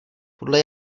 podle